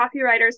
copywriters